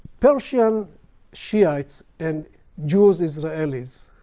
persian shiites and jews israelis,